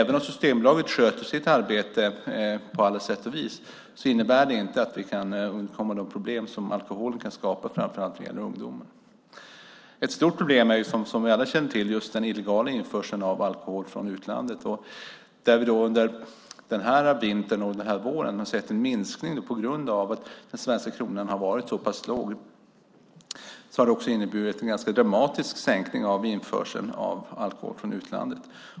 Även om Systembolaget sköter sitt arbete på alla sätt och vis innebär det alltså inte att vi kan undkomma de problem som alkoholen kan skapa framför allt när det gäller ungdomar. Ett stort problem, som vi alla känner till, är just den illegala införseln av alkohol från utlandet. Där har vi under den här vintern och den här våren sett en minskning på grund av att den svenska kronan har varit så pass låg. Det har inneburit en ganska dramatisk sänkning av införseln av alkohol från utlandet.